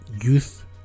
youth